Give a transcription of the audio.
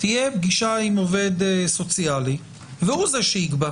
תהיה פגישה עם עובד סוציאלי, והוא זה שיקבע.